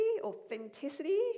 authenticity